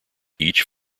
each